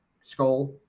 skull